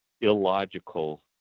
illogical